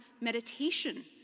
meditation